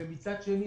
ומצד שני,